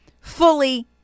fully